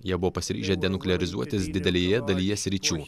jie buvo pasiryžę denuklearizuotis didelėje dalyje sričių